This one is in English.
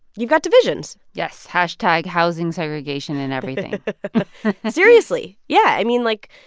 you've got divisions yes. hashtag housingsegregationandeverything seriously. yeah. i mean, like,